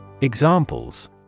Examples